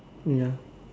ya